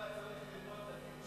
למה אתה לא יודע להגיד?